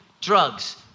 Drugs